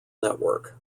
network